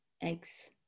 eggs